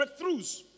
breakthroughs